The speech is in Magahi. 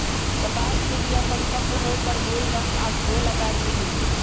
कपास के बीया परिपक्व होय पर भूइल रंग आऽ गोल अकार के होइ छइ